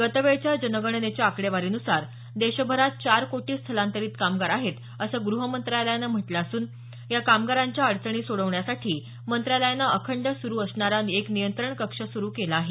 गतवेळच्या जनगणनेच्या आकडेवारीनुसार देशभरात चार कोटी स्थलांतरित कामगार आहेत असं ग्रहमंत्रालयानं म्हटलं असून या कामगारांच्या अडचणी सोडवण्यसाठी मंत्रालयानं अखंड सुरू असणारा एक नियंत्रण कक्ष सुरू केला आहे